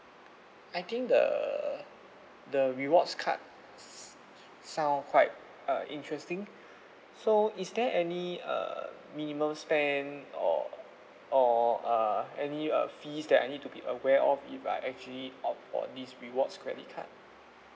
I think the the rewards card s~ sound quite uh interesting so is there any err minimum spend or or uh any uh fees that I need to be aware of if I actually opt for this rewards credit card